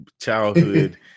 childhood